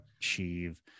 achieve